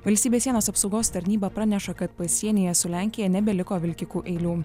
valstybės sienos apsaugos tarnyba praneša kad pasienyje su lenkija nebeliko vilkikų eilių